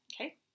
Okay